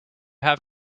have